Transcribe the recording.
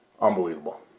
unbelievable